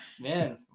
Man